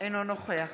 אינו נוכח